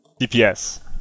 DPS